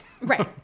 Right